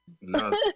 No